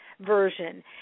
version